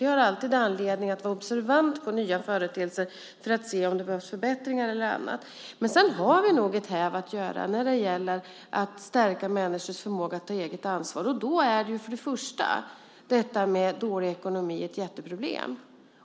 Vi har alltid anledning att vara observanta på nya företeelser för att se om det behövs förbättringar eller annat, men sedan har vi nog mycket att göra när det gäller att stärka människors förmåga att ta eget ansvar. Då är för det första detta med dålig ekonomi ett jätteproblem.